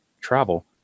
travel